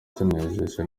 tunejejwe